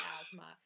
asthma